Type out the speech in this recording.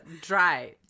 Dry